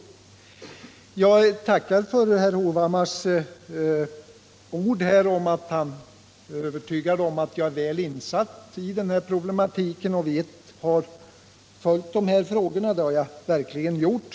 Jag tackar för herr Hovhammars ord om att jag är väl insatt i den här problematiken och har följt dessa frågor. Det har jag verkligen gjort.